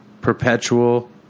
perpetual